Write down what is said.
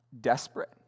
desperate